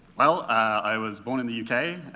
well, i was born in the u k.